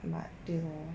but 对 lor